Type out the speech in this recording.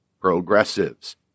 progressives